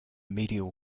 medial